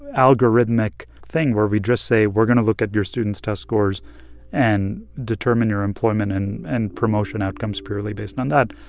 algorithmic thing, where we just say, we're going to look at your students' test scores and determine your employment and and promotion outcomes purely based on that.